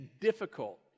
difficult